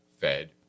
Fed